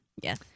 yes